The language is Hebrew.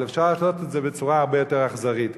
אבל אפשר לעשות את זה בצורה הרבה יותר אכזרית.